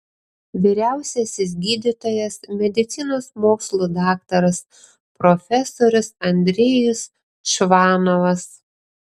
vyriausiasis gydytojas medicinos mokslų daktaras profesorius andrejus čvanovas